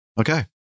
Okay